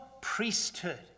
priesthood